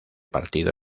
partido